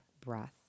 breath